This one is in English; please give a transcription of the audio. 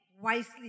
wisely